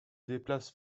déplace